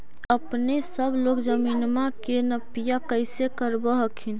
अपने सब लोग जमीनमा के नपीया कैसे करब हखिन?